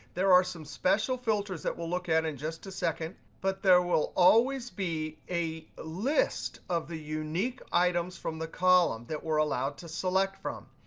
there are some special filters that we'll look at in just a second. but there will always be a list of the unique items from the column that we're allowed to select from.